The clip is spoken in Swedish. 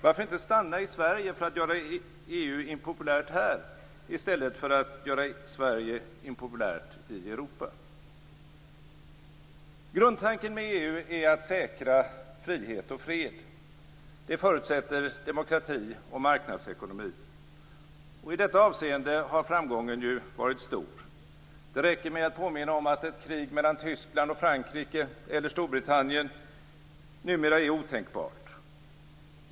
Varför inte stanna i Sverige för att göra EU impopulärt här i stället för att göra Sverige impopulärt i Europa? Grundtanken med EU är att säkra frihet och fred. Det förutsätter demokrati och marknadsekonomi. I detta avseende har framgången varit stor. Det räcker med att påminna om att ett krig mellan Tyskland och Frankrike eller Storbritannien numera är otänkbart.